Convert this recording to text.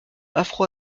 afro